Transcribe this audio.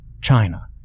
China